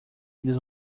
eles